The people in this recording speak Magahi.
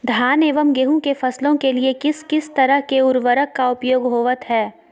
धान एवं गेहूं के फसलों के लिए किस किस तरह के उर्वरक का उपयोग होवत है?